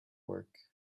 work